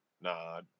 Nah